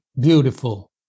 Beautiful